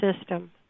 system